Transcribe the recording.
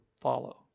follow